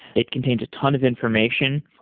it contains a ton of information.